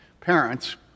parents